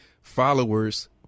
followers